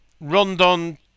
Rondon